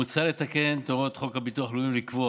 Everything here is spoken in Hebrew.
מוצע לתקן את הוראות חוק הביטוח הלאומי ולקבוע